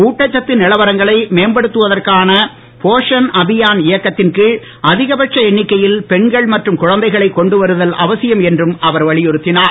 ஊட்டச்சத்து நிலவரங்களை மேம்படுத்துவதற்கான போஷன் அபியான் இயக்கத்தின் கீழ் அதிகபட்ச எண்ணிக்கையில் பெண்கள் மற்றும் குழந்தைகளை கொண்டு வருதல் அவசியம் என்றும் அவர் வலியுறுத்தினார்